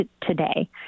today